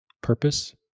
Purpose